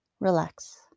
Relax